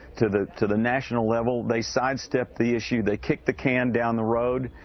to the to the national level, they sidestep the issue. they kick the can down the road.